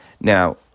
Now